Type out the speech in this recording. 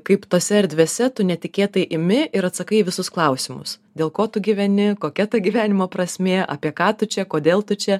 kaip tose erdvėse tu netikėtai imi ir atsakai į visus klausimus dėl ko tu gyveni kokia ta gyvenimo prasmė apie ką tu čia kodėl tu čia